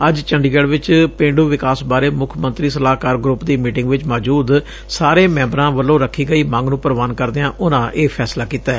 ਅੱਜ ਚੰਡੀਗੜ੍ਹ ਚ ਪੇਂਡੂ ਵਿਕਾਸ ਬਾਰੇ ਮੁੱਖ ਮੰਤਰੀ ਸਲਾਹਕਾਰ ਗਰੁੱਪ ਦੀ ਮੀਟਿੰਗ ਵਿਚ ਮੌਜੁਦ ਸਾਰੇ ਮੈਂਬਰਾਂ ਵਲੋਂ ਰੱਖੀ ਗਈ ਮੰਗ ਨੂੰ ਪ੍ਰਵਾਨ ਕਰਦਿਆਂ ਉਨਾਂ ਇਹ ਫੈਸਲਾ ਕੀਤੈ